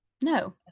No